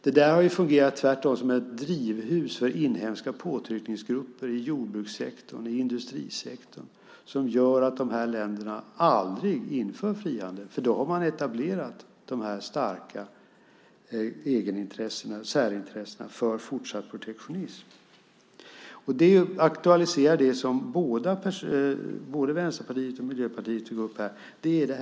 Det där har tvärtom fungerat som ett drivhus för inhemska påtryckningsgrupper i jordbrukssektorn och industrisektorn som gör att de här länderna aldrig inför frihandel, för då har man etablerat de här starka särintressena för fortsatt protektionism. Det aktualiserar det som både Vänsterpartiet och Miljöpartiet tog upp.